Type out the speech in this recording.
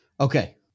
Okay